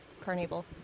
Carnival